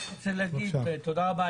תודה רבה,